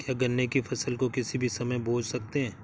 क्या गन्ने की फसल को किसी भी समय बो सकते हैं?